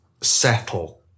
settle